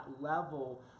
level